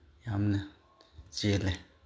ꯌꯥꯝꯅ ꯆꯦꯜꯂꯦ